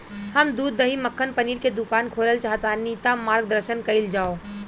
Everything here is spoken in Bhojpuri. हम दूध दही मक्खन पनीर के दुकान खोलल चाहतानी ता मार्गदर्शन कइल जाव?